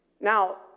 Now